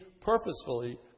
purposefully